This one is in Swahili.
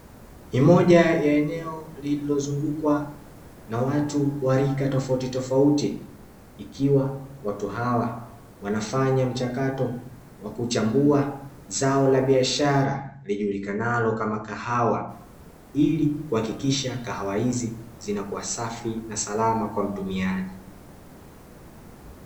Ni moja ya eneo lililozungukwa na watu wa rika tofautitofauti, ikiwa watu hawa wanafanya mchakato wa kuchambua zao la biashara lijulikanalo kama kahawa, ili kuhakikisha kahawa hizi zinakuwa safi na salama kwa mtumiaji.